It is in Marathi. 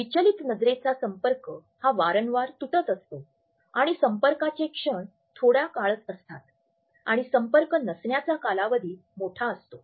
विचलित नजरेचा संपर्क हा वारंवार तुटत असतो आणि संपर्काचे क्षण थोडा काळच असतात आणि संपर्क नसण्याचा कालावधी मोठा असतो